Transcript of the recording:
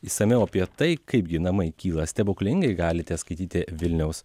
išsamiau apie tai kaipgi namai kyla stebuklingai galite skaityti vilniaus